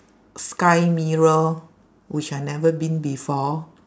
sky mirror which I never been before